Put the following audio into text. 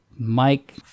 Mike